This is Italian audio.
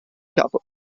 capo